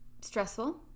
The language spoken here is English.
stressful